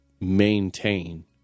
maintain